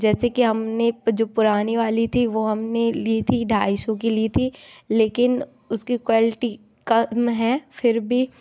जैसे कि हमने जो पुरानी वाली थी वह हमने ली थी ढाई सौ की ली थी लेकिन उसकी क्वालिटी कम है फिर भी